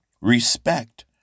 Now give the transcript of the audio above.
Respect